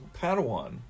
Padawan